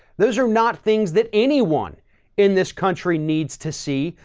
those are not things that anyone in this country needs to see,